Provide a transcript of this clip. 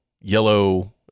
yellow